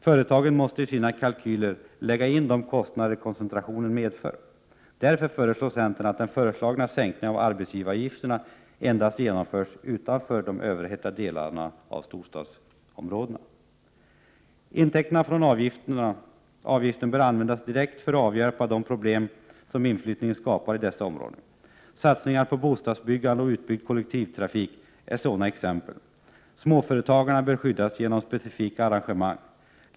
Företagen måste i sina kalkyler lägga in de kostnader koncentrationen medför. Därför föreslår centern att den föreslagna sänkningen av arbetsgivaravgifterna endast genomförs utanför de överhettade delarna av storstadsområdena, Intäkterna från avgiften bör användas direkt för att avhjälpa de problem som inflyttningen skapar i dessa områden. Satsningar på bostadsbyggande och utbyggd kollektivtrafik är sådana exempel. Småföretagarna bör skyddas genom specifika arrangemang.